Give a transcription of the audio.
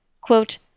quote